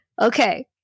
Okay